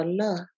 allah